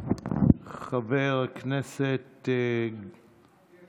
זה לא